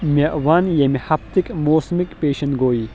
مے ون ییمہِ ہفتٕکۍ موسمچ پیشن گویی